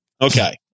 Okay